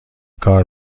کار